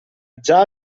già